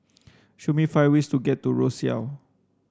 show me five ways to get to Roseau